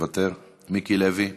מוותר, מיקי לוי,